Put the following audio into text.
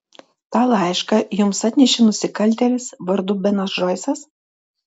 tą laišką jums atnešė nusikaltėlis vardu benas džoisas